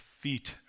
feet